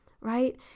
right